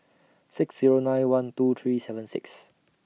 six Zero nine one two three seven six